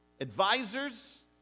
Advisors